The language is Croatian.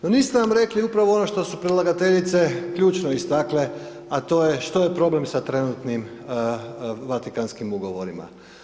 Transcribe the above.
No niste nam rekli upravo ono što su predlagateljice ključno istakle a to je što je problem sa trenutnim Vatikanskim ugovorima.